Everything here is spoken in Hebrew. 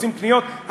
עושים קניות,